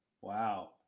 Wow